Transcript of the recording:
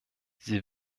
sie